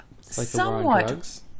somewhat